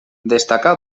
destacà